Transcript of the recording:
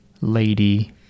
lady